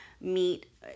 meet